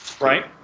right